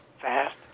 fast